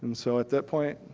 and so at that point,